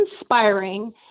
inspiring